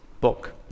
book